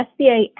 SBA